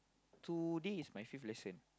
today is my fifth lesson